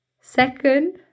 Second